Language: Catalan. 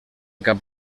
cap